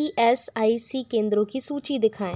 E S I C केंद्रों की सूची दिखाएँ